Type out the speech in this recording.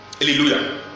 Hallelujah